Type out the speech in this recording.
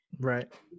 right